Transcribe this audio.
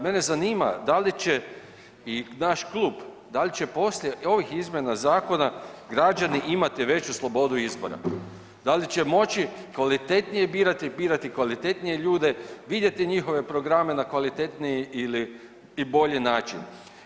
Mene zanima da li će i naš klub, da li će poslije ovih izmjena zakona građani imati veću slobodu izbora, da li će moći kvalitetnije birati, birati kvalitetnije ljude, vidjeti njihove programe na kvalitetniji ili, i bolji način?